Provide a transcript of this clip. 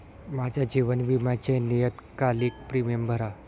माझ्या जीवन विम्याचे नियतकालिक प्रीमियम भरा